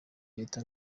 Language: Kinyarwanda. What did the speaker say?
leta